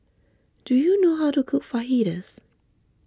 do you know how to cook Fajitas